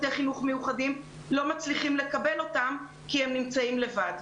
לא מצליחים לקבל אותם כי הם נמצאים לבד.